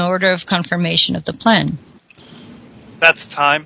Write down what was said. order of confirmation of the plan that's time